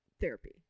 therapy